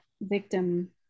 victim